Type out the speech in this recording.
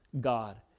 God